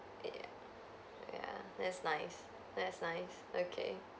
ya that's nice that's nice okay